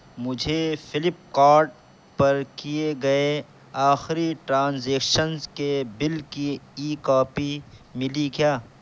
مجھے فلپکارٹ پر کیے گئے آخری ٹرانزیکشنز کے بل کی ای کاپی ملی کیا